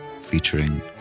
featuring